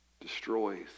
destroys